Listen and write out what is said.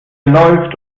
läuft